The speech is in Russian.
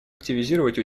активизировать